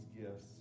gifts